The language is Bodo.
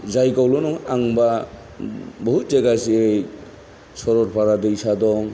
जायगायावल' नङा आं दा बहुद जायगा जेरै सरलपारा दैसा दं